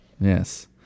yes